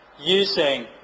using